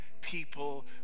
people